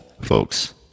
folks